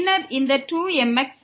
பின்னர் இந்த 2mx